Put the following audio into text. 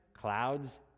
clouds